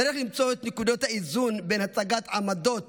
צריך למצוא את נקודות האיזון בין הצגת עמדות